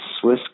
Swiss